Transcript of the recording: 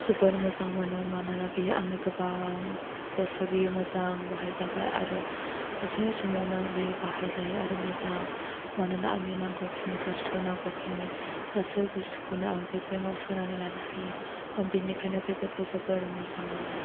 जोबोर मोजां मोनो मोनोना बियो आंनि गोबां बोसोर बियो मोजां बाहाय जाबाय आरो गासै समावनो बियो बाहायजायो आरो मोजां मानोना आंनि नांगौ खिनि बुस्थु नांगौ खिनि गासै बुस्थुखौनो आं बे बेगाव सोनानै लानो हायो बिनिखायनो बे बेगखौ जोबोर मोजां मोनो